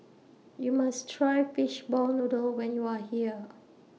YOU must Try Fishball Noodle when YOU Are here